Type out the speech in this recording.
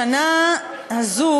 בשנה הזאת